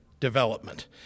development